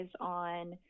on